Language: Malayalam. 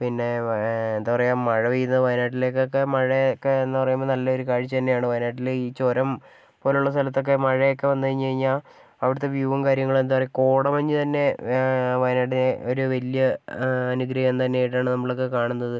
പിന്നെ എന്താണ് പറയുക മഴ പെയ്യുന്നത് വയനാട്ടിലേക്കൊക്കെ മഴയൊക്കെ എന്ന് പറയുമ്പോൾ നല്ലൊരു കാഴ്ച തന്നെയാണ് വയനാട്ടിലെ ഈ ചുരം പോലെയുള്ള സ്ഥലത്തൊക്കെ മഴയൊക്കെ വന്നു കഴിഞ്ഞു കഴിഞ്ഞാൽ അവിടുത്തെ വ്യൂവും കാര്യങ്ങളും എന്തായാലും കോടമഞ്ഞ് തന്നെ വയനാട്ടിലെ ഒരു വലിയ അനുഗ്രഹം തന്നെയായിട്ടാണ് നമ്മളൊക്കെ കാണുന്നത്